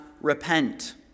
repent